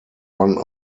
one